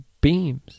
beams